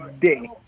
day